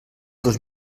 dos